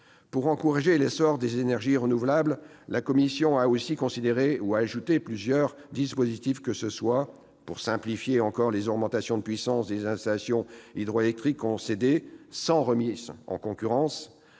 Pour encourager l'essor des énergies renouvelables, la commission a aussi consolidé ou ajouté plusieurs dispositifs, que ce soit pour simplifier encore les augmentations de puissance des installations hydroélectriques concédées, sans remise en concurrence